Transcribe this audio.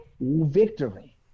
victory